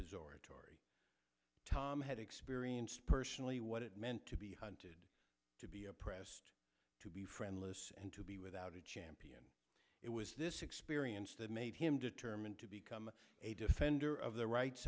his oratory tom had experienced personally what it meant to be hunted to be oppressed to be friendless and to be without a champion it was this experience that made him determined to become a defender of the rights